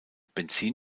benzin